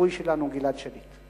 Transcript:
לשבוי שלנו גלעד שליט.